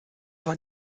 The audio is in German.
war